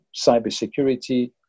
cybersecurity